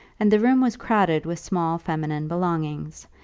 and the room was crowded with small feminine belongings,